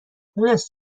مونس